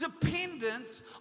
dependent